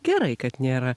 gerai kad nėra